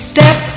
Step